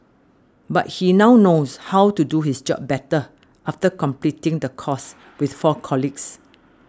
but he now knows how to do his job better after completing the course with four colleagues